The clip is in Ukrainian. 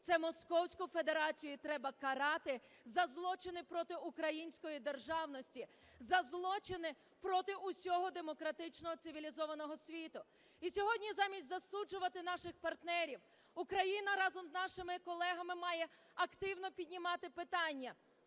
це московську федерацію треба карати за злочини проти української державності, за злочини проти усього демократичного цивілізованого світу. І сьогодні, замість засуджувати наших партнерів, Україна разом з нашими колегами має активно піднімати питання